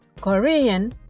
Korean